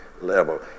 level